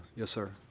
yes, sir?